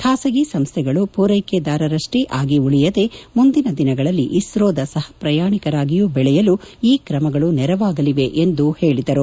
ಖಾಸಗಿ ಸಂಸ್ಟೆಗಳು ಪೂರೈಕೆದಾರರಷ್ಷೇ ಆಗಿ ಉಳಿಯದೆ ಮುಂದಿನ ದಿನಗಳಲ್ಲಿ ಇಸ್ತೋದ ಸಹಪ್ರಯಾಣಿಕರಾಗಿಯೂ ಬೆಳೆಯಲು ಈ ಕ್ರಮಗಳು ನೆರವಾಗಲಿವೆ ಎಂದು ಹೇಳಿದರು